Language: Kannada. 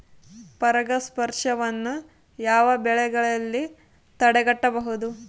ಪರಾಗಸ್ಪರ್ಶವನ್ನು ಯಾವ ಬೆಳೆಗಳಲ್ಲಿ ತಡೆಗಟ್ಟಬೇಕು?